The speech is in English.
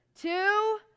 two